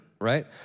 right